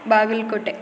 Bagalkot